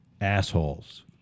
assholes